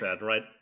right